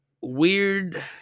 weird